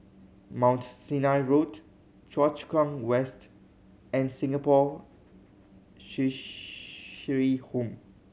Mount Sinai Road Choa Chu Kang West and Singapore Cheshire Home